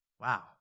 Wow